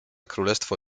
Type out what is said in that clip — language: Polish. królestwo